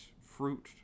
fruit